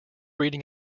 reading